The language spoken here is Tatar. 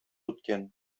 үткән